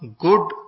good